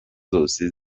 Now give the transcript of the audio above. zose